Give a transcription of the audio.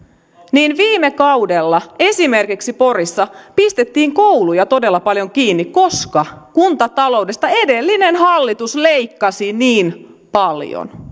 niin viime kaudella esimerkiksi porissa pistettiin kouluja todella paljon kiinni koska kuntataloudesta edellinen hallitus leikkasi niin paljon